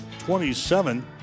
27